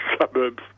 suburbs